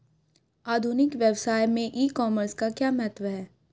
आधुनिक व्यवसाय में ई कॉमर्स का क्या महत्व है?